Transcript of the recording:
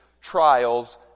trials